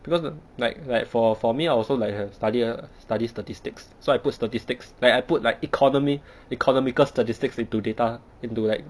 because like like for for me I also like have study err study statistics so I put statistics like I put like economy economical statistics into data into like